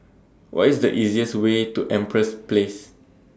What IS The easiest Way to Empress Place